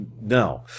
no